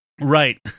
Right